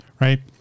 right